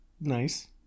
nice